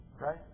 Right